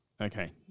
Okay